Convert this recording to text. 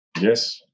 Yes